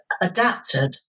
adapted